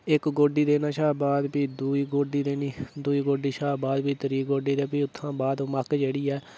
इक्क गोड्डी देने कशा बाद प्ही दूई गोड्डी देनी दूई गोड्डी कशा बाद प्ही त्रीऽ गोड्डी ते भी उत्थां बाद मक्क जेह्ड़ी ऐ